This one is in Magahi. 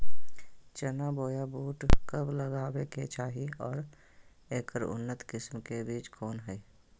चना बोया बुट कब लगावे के चाही और ऐकर उन्नत किस्म के बिज कौन है?